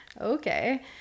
Okay